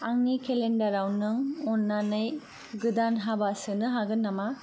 आंनि केलेन्डाराव नों अन्नानै गोदान हाबा सोनो हागोन नामा